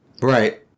Right